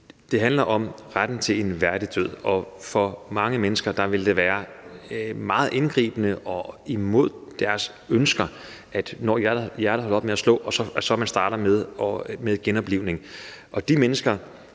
Det handler om retten til en værdig død. For mange mennesker vil det være meget indgribende og imod deres ønske, at man, når hjertet holder op med at slå, starter med genoplivning.